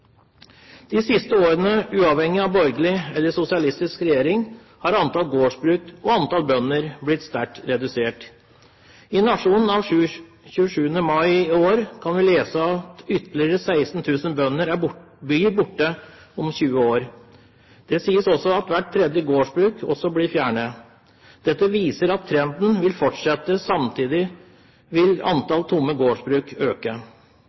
De siste årene, uavhengig av borgerlig eller sosialistisk regjering, har antall gårdsbruk og antall bønder blitt sterkt redusert. I Nationen av 27. mai i år kan vi lese at ytterligere 16 000 bønder blir borte om 20 år. Det sies også at hvert tredje gårdsbruk blir fjernet. Dette viser at trenden vil fortsette. Samtidig vil antall tomme gårdsbruk øke.